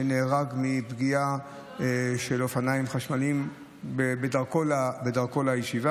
לא מזמן נהרג הרב אדרת מפגיעה של אופניים חשמליים בדרכו לישיבה,